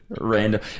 Random